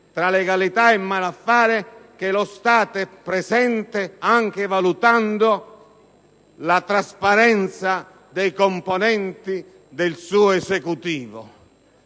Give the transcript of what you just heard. tra legalità e malaffare, che è presente anche valutando la trasparenza dei componenti del suo Esecutivo?